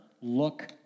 look